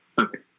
okay